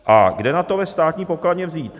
A kde na to ve státní pokladně vzít?